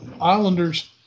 islanders